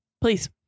please